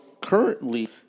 currently